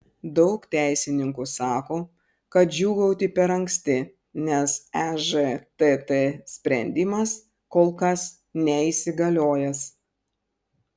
daug teisininkų sako kad džiūgauti per anksti nes ežtt sprendimas kol kas neįsigaliojęs